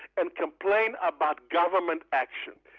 and complain about government action.